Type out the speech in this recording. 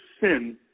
sin